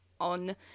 on